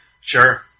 Sure